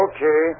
Okay